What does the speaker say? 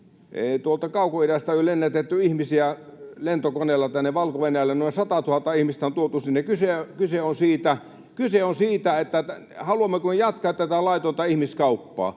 tuolta Kaukoidästä on jo lennätetty ihmisiä lentokoneella Valko-Venäjälle, noin satatuhatta ihmistä on tuotu sinne. Kyse on siitä, haluammeko jatkaa tätä laitonta ihmiskauppaa.